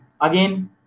again